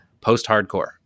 post-hardcore